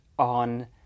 On